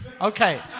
Okay